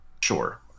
Sure